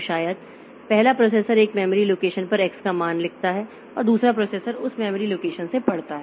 तो शायद पहला प्रोसेसर एक मेमोरी लोकेशन पर x का मान लिखता है और दूसरा प्रोसेसर उस मेमोरी लोकेशन से पढ़ता है